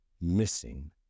missing